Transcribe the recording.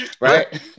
Right